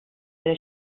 era